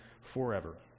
forever